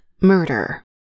murder